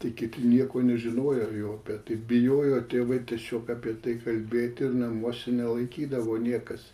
tai kiti nieko nežinojo jau apie tai bijojo tėvai tiesiog apie tai kalbėti ir namuose nelaikydavo niekas